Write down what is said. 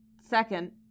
second